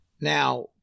Now